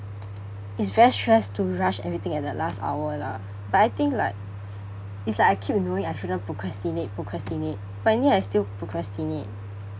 it's very stress to rush everything at that last hour lah but I think like it's like I keep knowing I shouldn't procrastinate procrastinate but in the end I still procrastinate